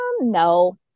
no